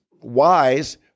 wise